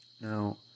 Now